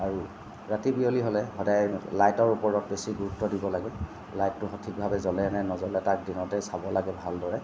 আৰু ৰাতি বিয়লি হ'লে সদাই লাইটৰ ওপৰত বেছি গুৰুত্ব দিব লাগে লাইটটো সঠিকভাৱে জ্বলে নে নজ্বলে তাক দিনতেই চাব লাগে ভালদৰে